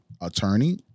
attorney